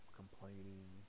complaining